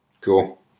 Cool